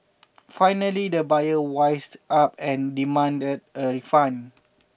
finally the buyer wised up and demanded a refund